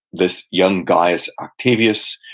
this young gaius octavius,